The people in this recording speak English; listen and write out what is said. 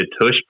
tush